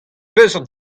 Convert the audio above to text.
peseurt